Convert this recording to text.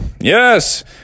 Yes